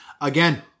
Again